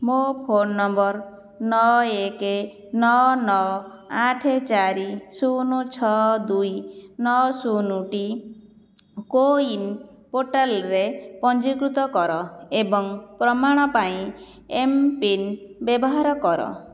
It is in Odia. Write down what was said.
ମୋ ଫୋନ୍ ନମ୍ବର ନଅ ଏକ ନଅ ନଅ ଆଠ ଚାରି ଶୂନ ଛଅ ଦୁଇ ନଅ ଶୂନ ଟି କୋ ୱିନ୍ ପୋର୍ଟାଲରେ ପଞ୍ଜୀକୃତ କର ଏବଂ ପ୍ରମାଣ ପାଇଁ ଏମ୍ ପିନ୍ ବ୍ୟବହାର କର